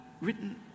written